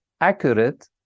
accurate